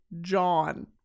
John